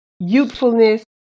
youthfulness